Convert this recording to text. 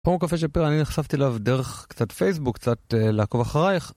פורום קפה שפירא, אני נחשפתי אליו דרך קצת פייסבוק, קצת לעקוב אחרייך.